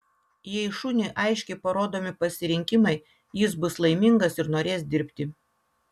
jei šuniui aiškiai parodomi pasirinkimai jis bus laimingas ir norės dirbti